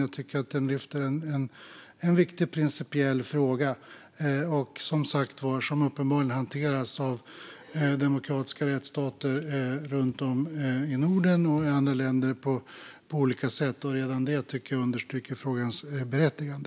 Jag tycker att den lyfter en viktig principiell fråga som, som sagt var, uppenbarligen hanteras på olika sätt av demokratiska rättsstater, länder i Norden och andra länder. Redan detta tycker jag understryker frågans berättigande.